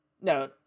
No